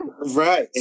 Right